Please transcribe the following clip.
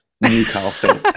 Newcastle